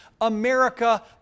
America